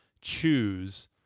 choose